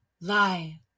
Lie